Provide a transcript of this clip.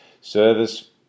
service